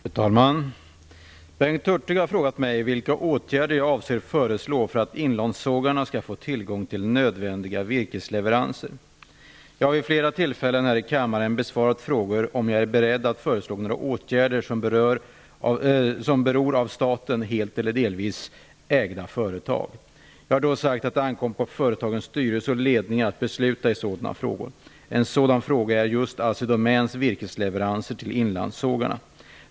Fru talman! Bengt Hurtig har frågat mig vilka åtgärder jag avser föreslå för att inlandssågarna skall få tillgång till nödvändiga virkesleveranser. Jag har vid flera tillfällen här i kammaren besvarat frågor om huruvida jag är beredd att föreslå några åtgärder som beror av staten helt eller delvis ägda företag. Jag har då sagt att det ankommer på företagens styrelser och ledning att besluta i sådana frågor. En sådan fråga är just Assidomän AB:s virkesleveranser till inlandssågarna.